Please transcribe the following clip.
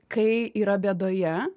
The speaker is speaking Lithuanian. kai yra bėdoje